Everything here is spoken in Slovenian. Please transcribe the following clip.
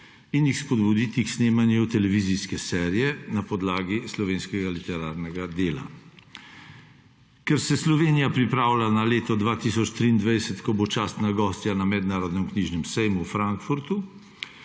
in jih spodbuditi k snemanju televizijske serije na podlagi slovenskega literarnega dela. Ker se Slovenija pripravlja na leto 2023, ko bo častna gostja na mednarodnem knjižnem sejmu v Frankfurtu,